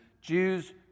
Jews